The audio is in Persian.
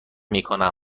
میکنیم